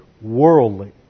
worldly